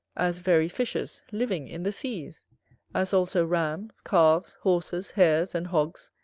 as very fishes, living in the seas as also rams, calves, horses, hares, and hogs,